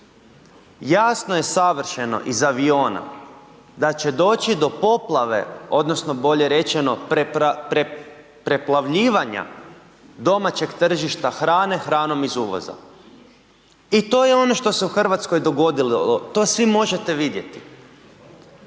jasno je savršeno iz aviona da će doći do poplave odnosno bolje rečeno preplavljivanja domaćeg tržišta hrane, hranom iz uvoza. I to je ono što se u Hrvatskoj dogodilo, to svi možete vidjeti,